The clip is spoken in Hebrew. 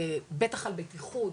בטח על בטיחות,